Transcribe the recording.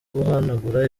guhanagura